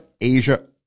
Asia